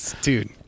dude